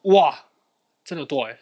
哇真的多 eh